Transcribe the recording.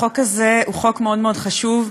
החוק הזה הוא חוק מאוד מאוד חשוב.